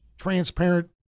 transparent